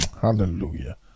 hallelujah